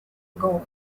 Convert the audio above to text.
ago